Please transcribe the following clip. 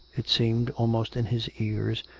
it seemed, almost in his ears,